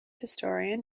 historian